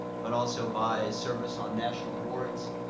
but also by service on national boards,